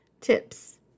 Tips